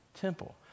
temple